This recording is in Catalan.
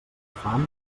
fam